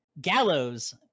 gallows